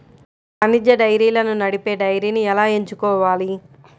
వాణిజ్య డైరీలను నడిపే డైరీని ఎలా ఎంచుకోవాలి?